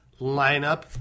lineup